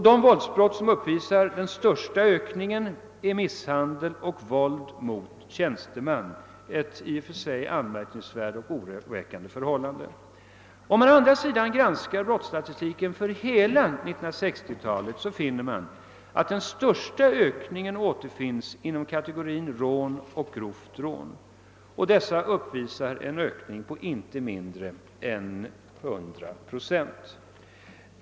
De våldsbrott som uppvisar den största ökningen är misshandel och våld mot tjänsteman, ett i och för sig anmärkningsvärt och oroväckande förhållande. Om man å andra sidan granskar brottsstatistiken för hela 1960-talet, ser man att den största ökningen återfinns inom kategorin rån och grovt rån, vilken uppvisar en ökning på inte mindre än 100 procent.